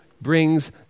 brings